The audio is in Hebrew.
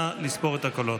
נא לספור את הקולות.